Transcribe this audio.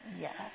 Yes